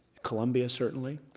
columbia, certainly.